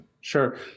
Sure